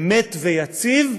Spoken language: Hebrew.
אמת ויציב,